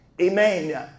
Amen